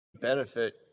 Benefit